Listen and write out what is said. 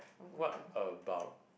what about